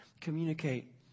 communicate